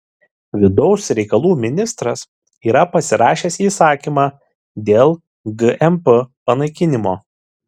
vidaus reikalų ministras yra pasirašęs įsakymą dėl gmp panaikinimo